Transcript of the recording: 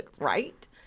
right